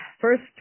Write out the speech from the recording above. first